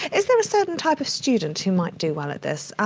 is there a certain type of student who might do well at this?